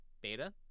beta